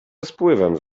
rozpływam